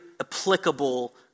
applicable